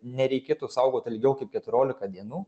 nereikėtų saugot ilgiau kaip keturiolika dienų